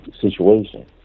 situation